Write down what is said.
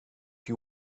you